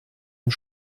und